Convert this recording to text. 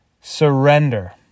surrender